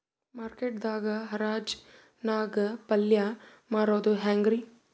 Market ದಾಗ್ ಹರಾಜ್ ನಾಗ್ ಪಲ್ಯ ಮಾರುದು ಹ್ಯಾಂಗ್ ರಿ?